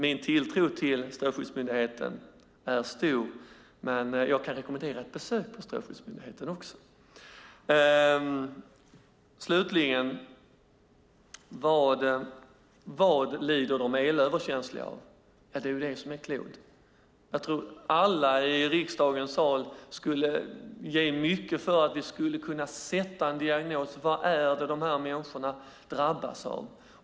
Min tilltro till Strålsäkerhetsmyndigheten är stor. Jag kan också rekommendera ett besök på Strålsäkerhetsmyndigheten. Slutligen: Vad lider de elöverkänsliga av? Det är det som är frågan. Jag tror att alla i riksdagens sal skulle ge mycket för att kunna sätta en diagnos. Vad är det dessa människor drabbats av?